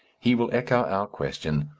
he will echo our question,